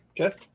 Okay